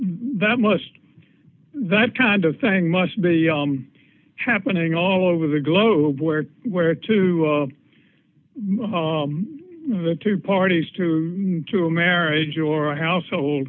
that must that kind of thing must be happening all over the globe where where two of the two parties to to a marriage or a household